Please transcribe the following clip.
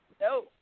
No